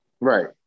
right